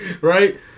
right